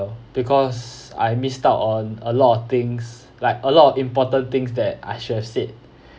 because I missed out on a lot of things like a lot of important things that I should have said